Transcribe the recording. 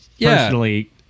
personally